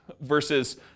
Versus